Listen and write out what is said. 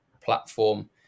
platform